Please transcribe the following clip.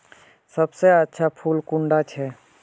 सबसे अच्छा फुल कुंडा छै?